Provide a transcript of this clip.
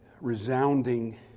resounding